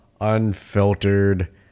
unfiltered